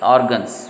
Organs